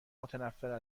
متنفر